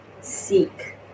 seek